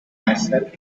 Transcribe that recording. myself